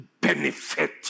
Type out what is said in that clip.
benefit